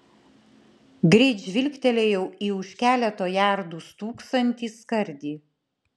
greit žvilgtelėjau į už keleto jardų stūksantį skardį